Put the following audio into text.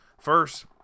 first